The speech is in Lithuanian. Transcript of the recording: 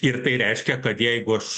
ir tai reiškia kad jeigu aš